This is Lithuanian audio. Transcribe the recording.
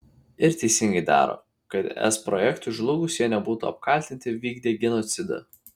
ir teisingai daro kad es projektui žlugus jie nebūtų apkaltinti vykdę genocidą